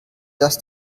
dass